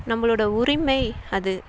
நம்மளோடய உரிமை அது